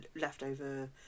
leftover